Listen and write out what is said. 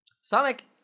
Sonic